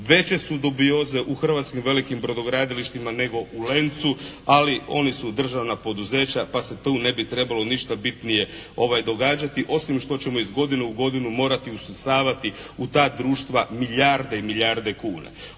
Veće su dubioze u hrvatskim velikim brodogradilištima nego u "Lencu", ali oni su državna poduzeća pa se tu ne bi trebalo ništa bitnije događati osim što ćemo iz godine u godinu morati usisavati u ta društva milijarde i milijarde kuna.